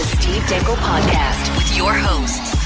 dangle podcast, with your hosts,